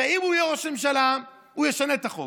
הרי הוא יהיה ראש ממשלה, הוא ישנה את החוק.